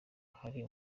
hari